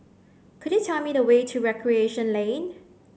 could you tell me the way to Recreation Lane